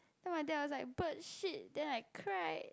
then my dad was like bird shit then I cried